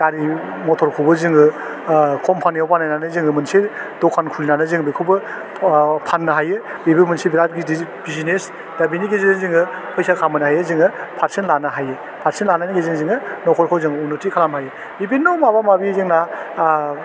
गारि मटरखौबो जोङो ओह कम्पानियाव बानायनानै जोङो मोनसे दखान खुलिनानै जों बेखौबो अह फानो हायो बेबो मोनसे बेराद गिदिर बिजनेस दा बिनि गेजेरजों जोङो फैसा खामायनो हायो जोङो पारसेन्ट लानो हायो पारसेन्ट लानायनि गेजेरजों जोङो नखरखौ जों उन्नुथि खालामनो हायो बिबिन्न' माबा माबि जोंना आह